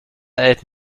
ate